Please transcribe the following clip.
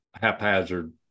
haphazard